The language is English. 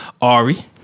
Ari